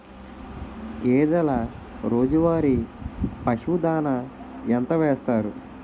గేదెల రోజువారి పశువు దాణాఎంత వేస్తారు?